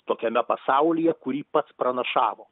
tokiame pasaulyje kurį pats pranašavo